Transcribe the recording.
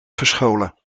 verscholen